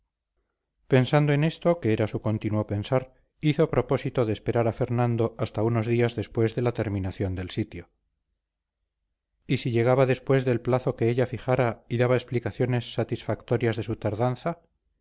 pensando en esto que era su continuo pensar hizo propósito de esperar a fernando hasta unos días después de la terminación del sitio y si llegaba después del plazo que ella fijara y daba explicaciones satisfactorias de su tardanza